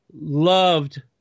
loved